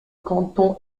canton